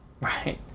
Right